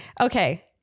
okay